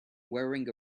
wearing